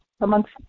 amongst